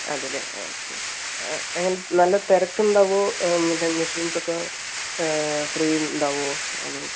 അതെയല്ലേ ഓക്കേ എങ്ങനെ നല്ല തിരക്കുണ്ടാവുമോ പിന്നെ മെഷീൻസ് ഒക്കെ ഫ്രീ ഉണ്ടാവുമോ അതൊന്ന്